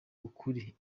ukuri